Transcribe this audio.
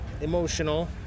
emotional